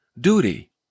duty